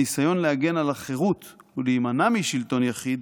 הניסיון להגן על החירות ולהימנע משלטון יחיד